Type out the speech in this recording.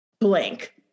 blank